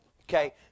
Okay